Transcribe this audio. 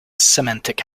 semantic